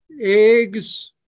eggs